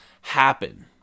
happen